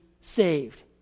saved